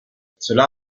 cela